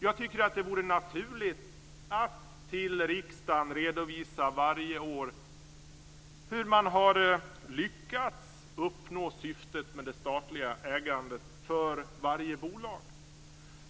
Jag tycker att det vore naturligt att till riksdagen varje år redovisa hur man har lyckats uppnå syftet med det statliga ägandet för varje bolag.